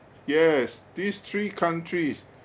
yes these three countries